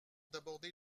d’aborder